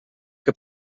que